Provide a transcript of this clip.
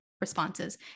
responses